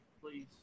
please